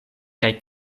kaj